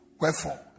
Wherefore